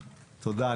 תודה.